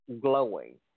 glowing